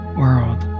world